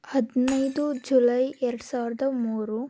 ಹದಿನೈದು ಜುಲೈ ಎರಡುಸಾವಿರದ ಮೂರು